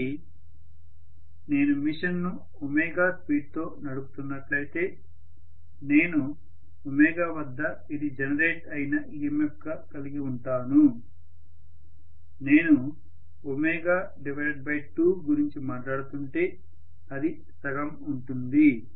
కాబట్టి నేను మెషిన్ ను ఒమేగా ω స్పీడ్ తో నడుపుతున్నట్లయితే నేను ω వద్ద ఇది జనరేట్ అయిన EMF గా కలిగివుంటాను నేను 2 గురించి మాట్లాడుతుంటే అది సగం ఉంటుంది